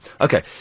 Okay